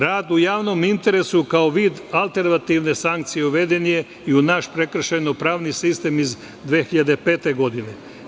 Rad u javnom interesu, kao vid alternativne sankcije, uveden je i u naš prekršajno-pravni sistem iz 2005. godine.